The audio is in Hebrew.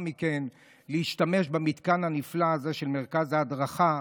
מכן להשתמש במתקן הנפלא הזה של מרכז ההדרכה,